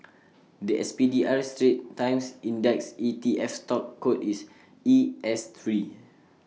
The S P D R straits times index E T F stock code is E S Three